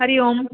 हरिः ओम्